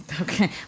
Okay